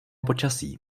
počasí